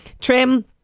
Trim